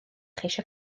cheisio